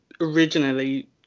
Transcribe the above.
originally